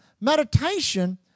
meditation